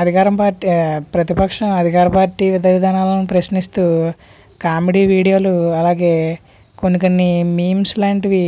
అధికారం పార్టీ ప్రతిపక్షం అధికార పార్టీ విధి విధానాలని ప్రశ్నిస్తూ కామెడీ వీడియోలు అలాగే కొన్ని కొన్ని మీమ్స్ లాంటివి